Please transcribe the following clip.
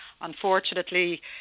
Unfortunately